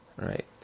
right